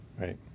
Right